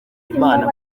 imana